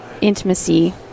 intimacy